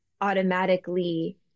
automatically